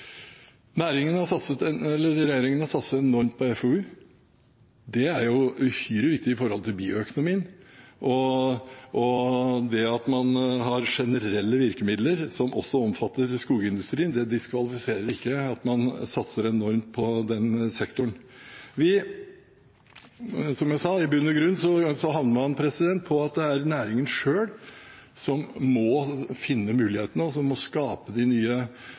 er jo uhyre viktig i tilknytning til bioøkonomien, og det at man har generelle virkemidler som også omfatter skogindustrien, diskvalifiserer ikke at man satser enormt på sektoren. Som jeg sa: I bunn og grunn lander man på at det er næringen selv som må finne mulighetene, og som må skape den nye